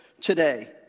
today